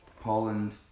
Poland